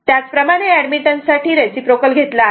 त्याचप्रमाणे ऍडमिटन्स साठी रिसिप्रोकल घेतला आहे